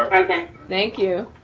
ah present. thank you.